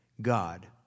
God